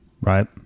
Right